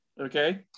okay